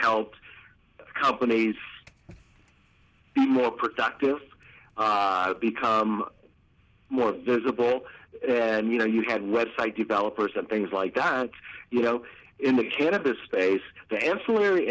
helped companies be more productive become more visible and you know you had web site developers and things like that you know in the cannabis space the ancillary